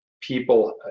people